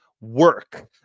work